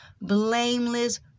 blameless